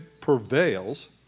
prevails